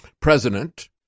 president